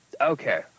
Okay